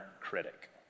critic